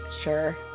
Sure